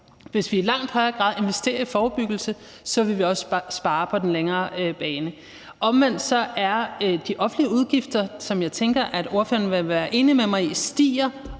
Hvis vi i langt højere grad investerer i forebyggelse, vil vi også spare på den længere bane. Omvendt er der det, at de offentlige udgifter, hvad jeg tænker at ordføreren vil være enig med mig i, år